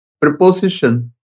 preposition